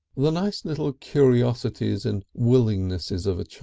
the nice little curiosities and willingnesses of a